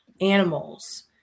animals